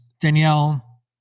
Danielle